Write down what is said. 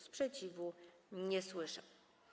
Sprzeciwu nie słyszę.